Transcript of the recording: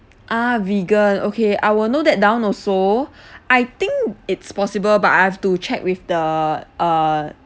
ah vegan okay I will note that down also I think it's possible but I have to check with the err